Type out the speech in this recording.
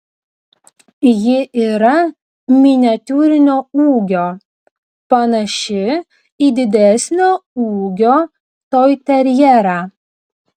ji yra miniatiūrinio ūgio panaši į didesnio ūgio toiterjerą